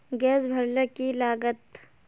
Gas भरले की लागत?